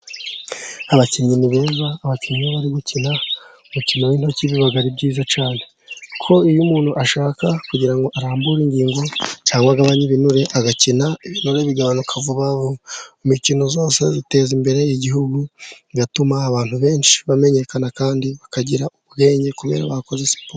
Abakinnyi ni beza, abakinnyi bari gukina umukino w'intoki ntabwo ari byiza cyane ko iyo umuntu ashaka kugirango ngo arambure ingingo cyangwa agagabanya ibinure agakina bigabanuka vuba. Mu imikino yose iteza imbere igihugu bigatuma abantu benshi bamenyekana kandi bakagira ubwenge kubera bakoze siporo.